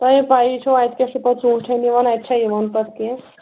تۄہہِ ہَے پَیی چھَو اَتہِ کیٛاہ چھُ پَتہٕ ژوٗنٛٹھٮ۪ن یِوان اَتہِ چھا یِوان پَتہٕ کیٚنٛہہ